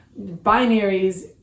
binaries